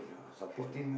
ya support your family